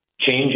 change